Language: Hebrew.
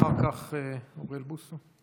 אחר כך אוריאל בוסו.